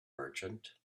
merchant